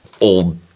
old